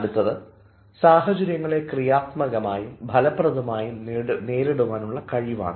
അടുത്തത് സാഹചര്യങ്ങളെ ക്രിയാത്മകമായും ഫലപ്രദമായും നേരിടുവാനുമുള്ള കഴിവാണ്